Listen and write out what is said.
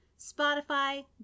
Spotify